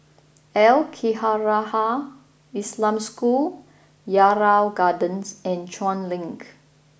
Al Khairiah Islamic School Yarrow Gardens and Chuan Link